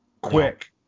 Quick